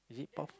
is it puff